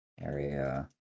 area